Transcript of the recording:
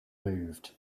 moved